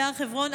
בהר חברון,